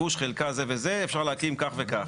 גוש חלקה זה וזה אפשר להקים כך וכך.